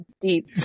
deep